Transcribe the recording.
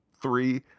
Three